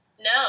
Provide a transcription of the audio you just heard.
no